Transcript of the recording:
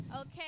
Okay